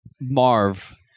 Marv